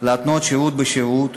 להתנות שירות בשירות,